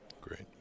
Great